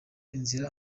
inzira